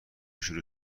شروع